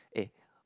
eh